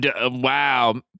wow